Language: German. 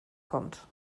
kommt